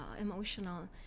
emotional